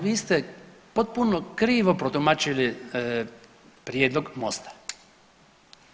Vi ste potpuno krivo protumačili prijedlog MOST-a.